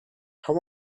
how